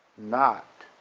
not